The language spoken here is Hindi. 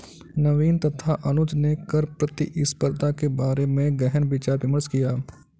नवीन तथा अनुज ने कर प्रतिस्पर्धा के बारे में गहन विचार विमर्श किया